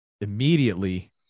immediately